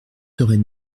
serait